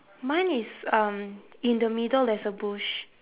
mine is um in the middle there's a bush